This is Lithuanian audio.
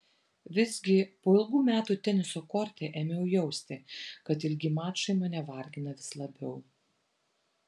visgi po ilgų metų teniso korte ėmiau jausti kad ilgi mačai mane vargina vis labiau